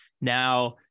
Now